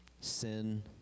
sin